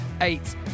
eight